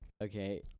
okay